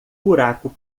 buraco